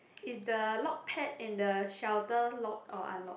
is the lock pad in the shelter lock or unlock